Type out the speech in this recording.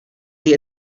see